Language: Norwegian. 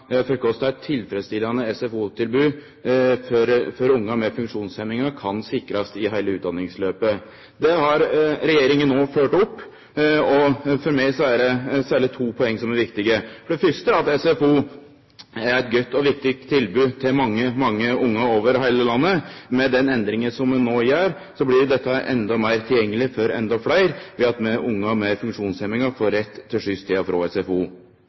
for ungar med funksjonshemmingar kan sikrast i heile utdanningsløpet. Det har regjeringa no følgt opp, og for meg er det særleg to poeng som er viktige, for det fyrste at SFO er eit godt og viktig tilbod til mange, mange ungar over heile landet. Med den endringa som ein no gjer, blir dette endå meir tilgjengeleg for endå fleire ved at ungar med funksjonshemmingar får rett til skyss til og frå SFO.